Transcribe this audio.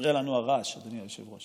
מפריע לנו הרעש, אדוני היושב-ראש,